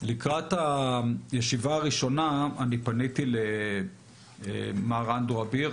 לקראת הישיבה הראשונה אני פניתי למר אנדרו אביר,